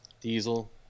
Diesel